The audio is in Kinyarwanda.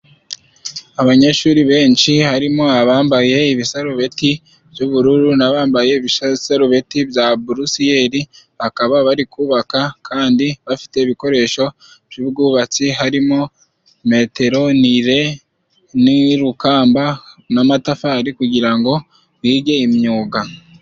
Abanyeshuri benshi harimo abambaye ibisarubeti by'ubururu n'abambaye ibisarubeti bya brusiyeli, bakaba bari kubaka kandi bafite ibikoresho by'ubwubatsi, harimo Metero, Nire n'Urukamba n'amatafari kugira ngo bige imyuga.